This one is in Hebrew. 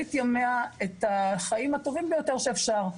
באחרית ימיה את החיים הטובים ביותר שאפשר.